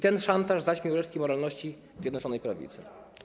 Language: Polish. Ten szantaż zaćmił resztki moralności Zjednoczonej Prawicy.